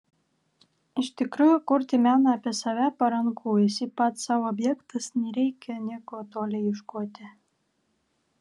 iš tikrųjų kurti meną apie save paranku esi pats sau objektas nereikia nieko toli ieškoti